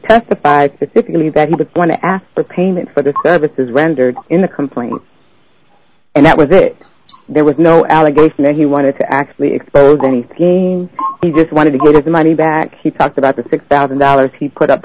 testified specifically that he didn't want to ask for payment for the services rendered in the complaint and that was it there was no allegation that he wanted to actually expose anything he just wanted to get his money back he talked about the six thousand dollars he put up